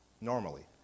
Normally